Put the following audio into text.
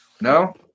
No